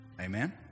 amen